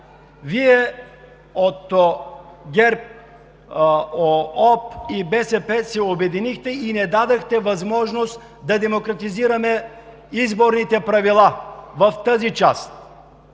Вие – от ГЕРБ, ОП и БСП, се обединихте и не дадохте възможност да демократизираме изборните правила в тази част.